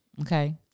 okay